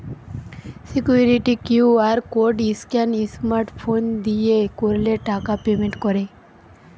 security QR code scan smart phone দিয়ে করলে টাকা পেমেন্ট করে